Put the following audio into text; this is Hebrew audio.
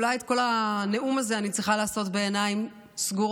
אולי את כל הנאום הזה אני צריכה לעשות בעיניים סגורות.